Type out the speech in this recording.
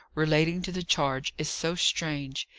relating to the charge, is so strange.